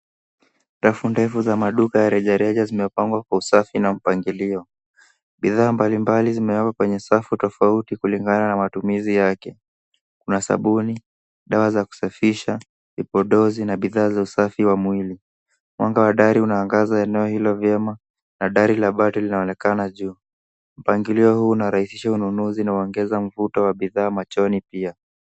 Rafu ndefu za maduka ya rejareja zimepangwa kwa usafi na mpangilio. Bidhaa mbalimbali zimewekwa kwenye safu tofauti kulingana na matumizi yake. Kuna sabuni, dawa za kusafisha, vipodozi na bidhaa za usafi wa mwili. Mwanga wa dari unaangaza eneo hilo vyema na dari la bati linaonekana juu. Mpangilio huu unarahisisha ununuzi na waongeza mvutu wa bidhaa machoni pia.